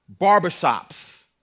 Barbershops